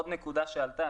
עוד נקודה שעלתה,